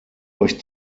euch